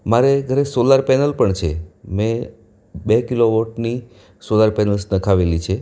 મારે ઘરે solar panel પણ છે મેં બે કિલો વૉટની સોલાર પેનલ્સ નખાવેલી છે